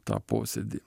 tą posėdį